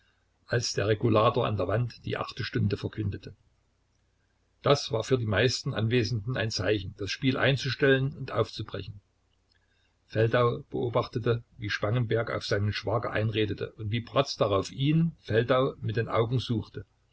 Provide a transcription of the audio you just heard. als der regulator an der wand die achte stunde verkündete das war für die meisten anwesenden ein zeichen das spiel einzustellen und aufzubrechen feldau beobachtete wie spangenberg auf seinen schwager einredete und wie bratz darauf ihn feldau mit den augen suchte